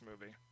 movie